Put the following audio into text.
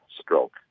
stroke